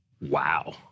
Wow